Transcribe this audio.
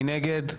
מי נגד?